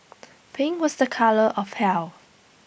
pink was the colour of heal